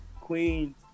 Queen